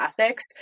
ethics